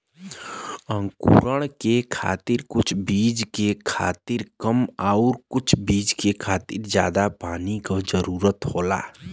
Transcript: अंकुरण के खातिर कुछ बीज के खातिर कम आउर कुछ बीज के खातिर जादा पानी क जरूरत होला